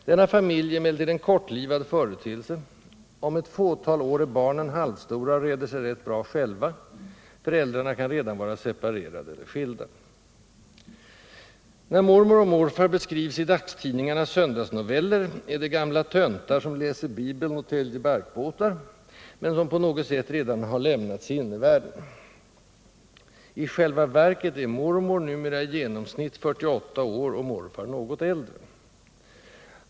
Denna familj är emellertid en kortlivad företeelse: om ett fåtal år är barnen halvstora och reder sig rätt bra själva; föräldrarna kan redan vara separerade eller skilda. När mormor och morfar beskrivs i dagstidningarnas söndagsnoveller är det gamla töntar som läser Bibeln och täljer barkbåtar men som på något sätt redan har lämnat sinnevärlden. I själva verket är mormor numera i genomsnitt 48 år och morfar något äldre.